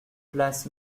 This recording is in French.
place